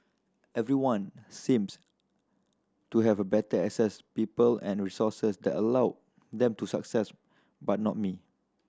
everyone seems to have better access people and resources that allowed them to success but not me